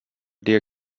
dear